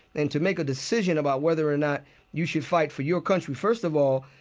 and to make a decision about whether or not you should fight for your country. first of all,